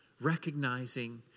recognizing